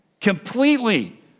completely